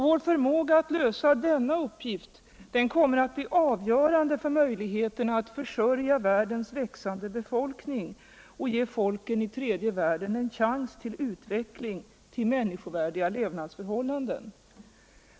Vår förmåga att lösa denna uppgift blir avgörande för möjligheterna att försörja världens snabbt växande befolkning och ge folken i tredje världen en chans till utveckling till människovärdiga levnadsftörhållanden.